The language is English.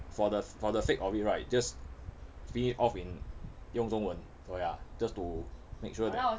for the for the sake of it right just finish it off in 用中文 so ya just to make sure that